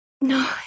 No